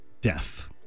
Death